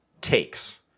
takes